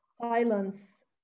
Silence